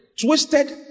Twisted